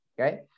Okay